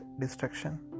destruction